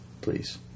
please